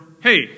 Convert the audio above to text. Hey